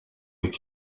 y’uko